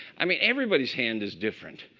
i mean, everybody's hand is different.